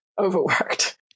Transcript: overworked